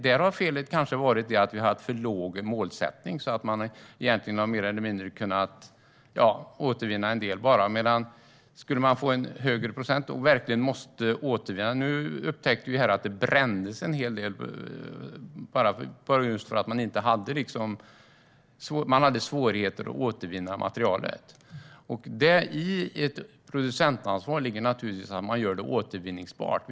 Där har felet kanske varit att vi har haft en för låg målsättning så att man bara har återvunnit en del. Man skulle kunna ha en högre procent som man verkligen måste återvinna. Vi upptäckte att det brändes en hel del bara för att man hade svårigheter att återvinna materialet. I producentansvaret ligger att göra det återvinnbart.